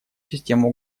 систему